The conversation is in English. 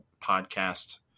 podcast